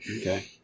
Okay